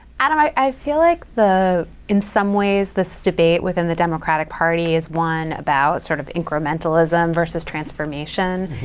and um i i feel like the in some ways this debate within the democratic party is one about sort of incrementalism versus transformation.